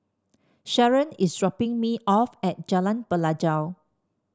Sharen is dropping me off at Jalan Pelajau